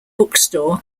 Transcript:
bookstore